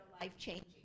life-changing